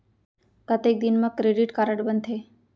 कतेक दिन मा क्रेडिट कारड बनते?